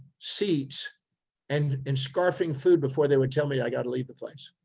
seats and and scarfing food before they would tell me i got to leave the place.